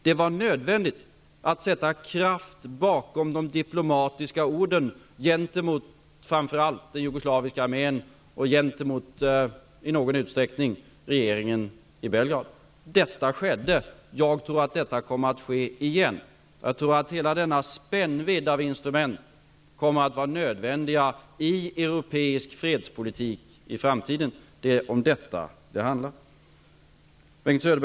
Det var nödvändigt att sätta kraft bakom de diplomatiska orden, framför allt gentemot den jugoslaviska armén och i någon utsträckning gentemot regeringen i Belgrad. Detta skedde. Jag tror att detta kommer att ske igen. Jag tror att hela denna spännvidd av instrument kommer att vara nödvändig i europeisk fredspolitik i framtiden. Det är om detta det handlar. Mellersta östern.